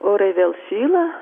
orai vėl šyla